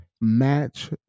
match